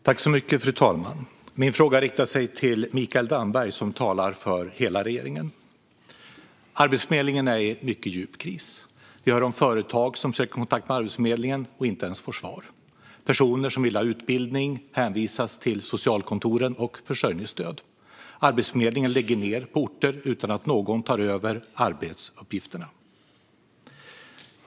Fru talman! Min fråga riktar sig till Mikael Damberg, som talar för hela regeringen. Arbetsförmedlingen är i mycket djup kris. Vi hör om företag som söker kontakt med Arbetsförmedlingen och inte ens får svar. Personer som vill ha utbildning hänvisas till socialkontoren och försörjningsstöd. Arbetsförmedlingen lägger ned på orter utan att någon tar över arbetsuppgifterna.